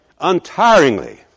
untiringly